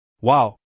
Wow